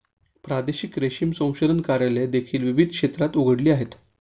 प्रादेशिक रेशीम संशोधन कार्यालये देखील विविध क्षेत्रात उघडली आहेत